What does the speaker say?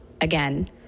again